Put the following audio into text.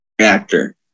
actor